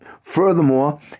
Furthermore